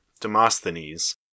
Demosthenes